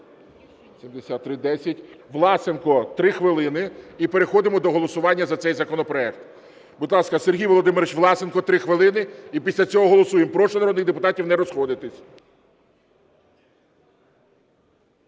Власенко, 3 хвилини, і переходимо до голосування за цей законопроект. Будь ласка, Сергій Володимирович Власенко, 3 хвилини, і після цього голосуємо. Прошу народних депутатів не розходитися.